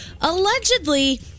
Allegedly